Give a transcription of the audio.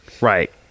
Right